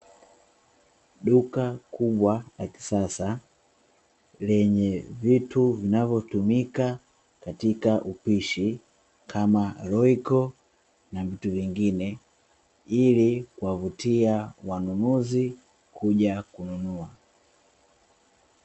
Duku kubwa la kisasa lenye vitu vinavyotumika katika upishi kama, roiko na vitu vingine ilikuwavutia wanunuzi kuja kununua.